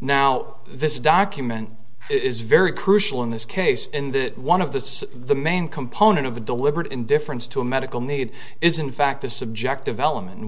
now this document is very crucial in this case in that one of the the main component of the deliberate indifference to a medical need is in fact the subjective element and